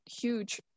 huge